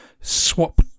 swap